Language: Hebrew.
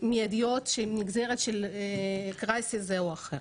מידיות שהן נגזרת של משבר זה או אחר.